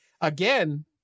again